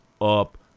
up